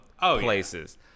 places